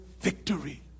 victory